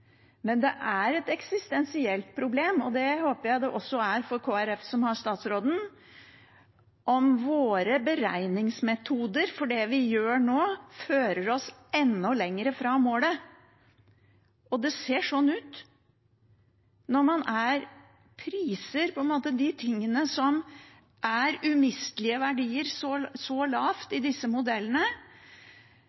Men det er et eksistensielt problem, og det håper jeg det også er for Kristelig Folkeparti, som har statsråden, om våre beregningsmetoder for det vi gjør nå, fører oss enda lenger fra målet. Det ser sånn ut. Når man priser de tingene som er umistelige verdier, så lavt